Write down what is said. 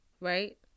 right